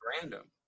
random